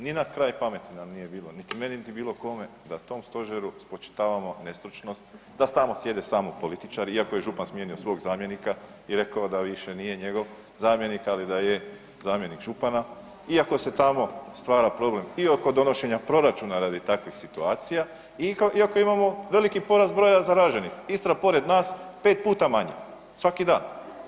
Ni na kraj pameti nam nije bilo, niti meni niti bilo kome da tom stožeru spočitavamo nestručnost, da tamo sjede samo političari, iako je župan smijenio svog zamjenika i rekao da više nije njegov zamjenik, ali da je zamjenik župana, iako se tamo stvara problem i oko donošenja proračuna radi takvih situacija, iako imamo veliki porast broja zareženih, Istra pored nas 5 puta manje, svaki dan.